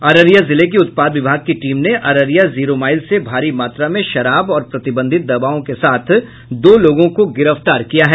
अररिया जिले की उत्पाद विभाग की टीम ने अररिया जीरोमाईल से भारी मात्रा में शराब और प्रतिबंधित दवाओं के साथ दो लोगों को गिरफ्तार किया है